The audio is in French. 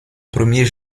premier